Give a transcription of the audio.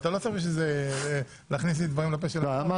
אבל אתה לא צריך בשביל זה להכניס לי לפה דברים שלא אמרתי.